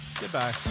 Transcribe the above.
Goodbye